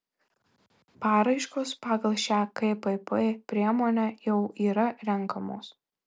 paraiškos pagal šią kpp priemonę jau yra renkamos